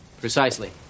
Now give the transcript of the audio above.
Precisely